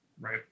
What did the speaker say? right